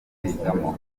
kwigamo